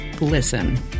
listen